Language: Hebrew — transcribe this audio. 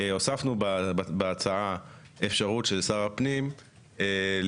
הוספנו בהצעה אפשרות של שר הפנים לפטור